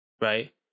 Right